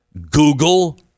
Google